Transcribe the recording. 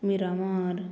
Miramar